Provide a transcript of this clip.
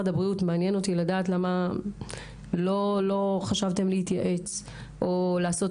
מעניין אותי לדעת משרד הבריאות למה לא חשבתם להתייעץ או לעשות